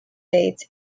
dates